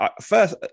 first